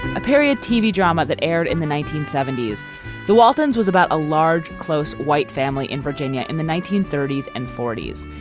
ah period tv drama that aired in the nineteen seventy s the waltons was about a large close white family in virginia in the nineteen thirty s and forty s.